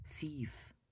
Thief